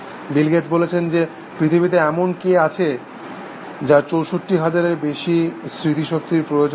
বিল Gates বলেছেন যে পৃথিবীতে এমন কে আছে যার চৌষট্টি হাজারের বেশি স্মৃতিশক্তির প্রয়োজন আছে